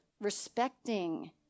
respecting